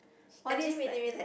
all these like